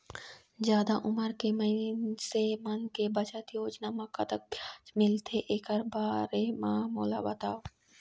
जादा उमर के मइनसे मन के बचत योजना म कतक ब्याज मिलथे एकर बारे म मोला बताव?